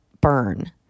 burn